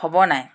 হ'ব নাই